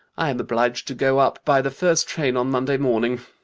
i am obliged to go up by the first train on monday morning.